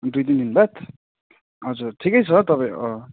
दुई तिन दिन बाद हजुर ठिकै छ तपाईँ अँ